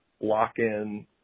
lock-in